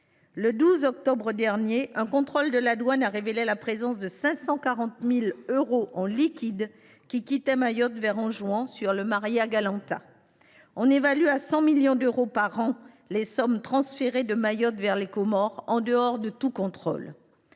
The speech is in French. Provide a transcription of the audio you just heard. Le 12 octobre dernier, un contrôle de la douane a révélé que 540 000 euros en liquide quittaient Mayotte vers Anjouan à bord du. On évalue ainsi à 100 millions d’euros par an les sommes transférées de Mayotte vers les Comores en dehors de tout contrôle.